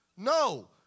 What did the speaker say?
No